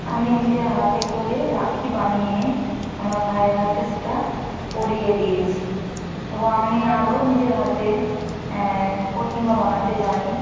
আমি নিজের হাতে করে রাখি বানিয়ে আমার ভাইয়ের হাতে সেটা পরিয়ে দিয়েছি এবং আমি আরো নিজের হাতে প্রতিমা বানাতে জানি